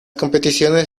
competiciones